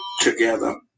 together